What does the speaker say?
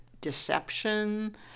deception